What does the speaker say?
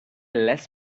less